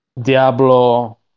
Diablo